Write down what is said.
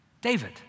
David